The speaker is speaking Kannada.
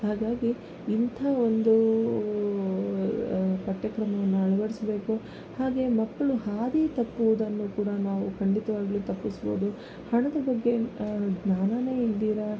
ಹಾಗಾಗಿ ಇಂಥ ಒಂದು ಪಠ್ಯಕ್ರಮವನ್ನು ಅಳವಡ್ಸ್ಬೇಕು ಹಾಗೆ ಮಕ್ಕಳು ಹಾದಿ ತಪ್ಪುವುದನ್ನು ಕೂಡ ನಾವು ಖಂಡಿತವಾಗಲೂ ತಪ್ಪಿಸ್ಬೋದು ಹಣದ ಬಗ್ಗೆ ಜ್ಞಾನವೇ ಇಲ್ದಿರ